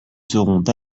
seront